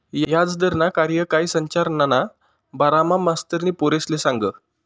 याजदरना कार्यकाय संरचनाना बारामा मास्तरनी पोरेसले सांगं